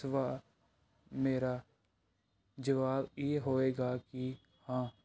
ਸਵਾਹ ਮੇਰਾ ਜਵਾਬ ਇਹ ਹੋਏਗਾ ਕਿ ਹਾਂ